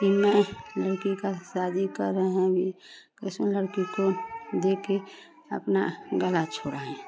कि मैं लड़की की शादी कर रहे हैं अभी जिसमें लड़की को देकर अपना गला छुड़ाएँ